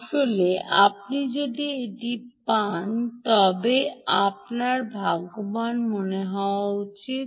আসলে আপনি যদি এটি পান তবে আপনার ভাগ্যবান হওয়া উচিত